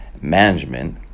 management